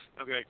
Okay